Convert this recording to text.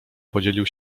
podzielił